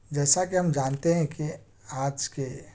جیسا کہ ہم جانتے ہیں کہ آج کے